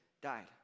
died